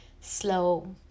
slow